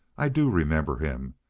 i do remember him.